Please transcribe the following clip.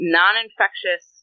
non-infectious